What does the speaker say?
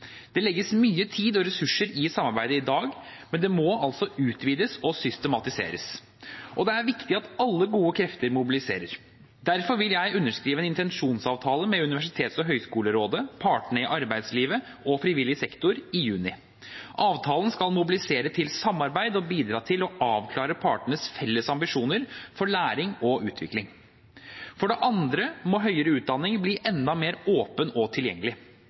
Det legges mye tid og ressurser i samarbeidet i dag, men det må altså utvides og systematiseres. Og det er viktig at alle gode krefter mobiliserer. Derfor vil jeg underskrive en intensjonsavtale med Universitets- og høgskolerådet, partene i arbeidslivet og frivillig sektor i juni. Avtalen skal mobilisere til samarbeid og bidra til å avklare partenes felles ambisjoner for læring og utvikling. For det andre må høyere utdanning bli enda mer åpen og tilgjengelig.